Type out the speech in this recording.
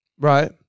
Right